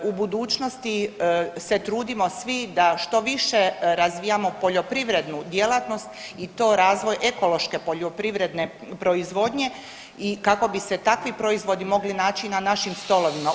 U budućnosti se trudimo svi da što više razvijamo poljoprivrednu djelatnost i to razvoj ekološke poljoprivredne proizvodnje kako bi se takvi proizvodi mogli naći na našim stolovima.